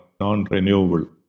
non-renewable